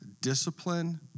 discipline